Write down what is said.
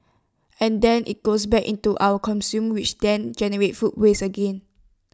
and then IT goes back into our consumers which then generates food waste again